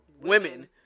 women